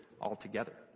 altogether